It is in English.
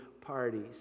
parties